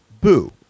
boo